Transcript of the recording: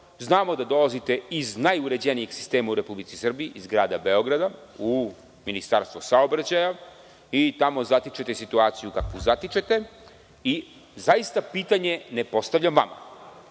Znamo da dolazite iz najuređenijeg sistema u Republici Srbiji, iz Grada Beograda u Ministarstvo saobraćaja i tamo zatičete situaciju situaciju kakvu zatičete i zaista pitanje ne postavljam vama,